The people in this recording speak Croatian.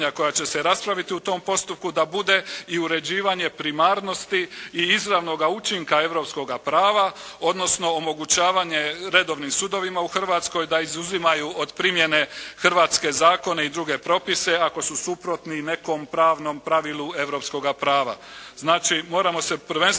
koja će se raspraviti u tom postupku da bude i uređivanje primarnosti i izravnoga učinka europskoga prava, odnosno omogućavanje redovnim sudovima u Hrvatskoj da izuzimaju od primjene hrvatske zakone i druge propise ako su suprotni nekom pravnom pravilu europskoga prava.